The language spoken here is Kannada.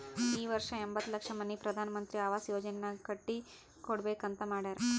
ಈ ವರ್ಷ ಎಂಬತ್ತ್ ಲಕ್ಷ ಮನಿ ಪ್ರಧಾನ್ ಮಂತ್ರಿ ಅವಾಸ್ ಯೋಜನಾನಾಗ್ ಕಟ್ಟಿ ಕೊಡ್ಬೇಕ ಅಂತ್ ಮಾಡ್ಯಾರ್